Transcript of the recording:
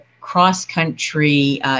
cross-country